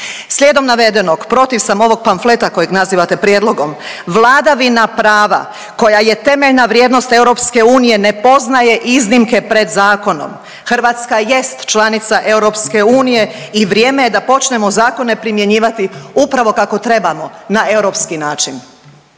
Slijedom navedenog protiv sam ovog pamfleta kojeg nazivate prijedlogom. Vladavina prava koja je temeljna vrijednost EU ne poznaje iznimke pred zakonom, Hrvatska jest članica EU i vrijeme je da počnemo zakone primjenjivati upravo kako trebamo na europski način.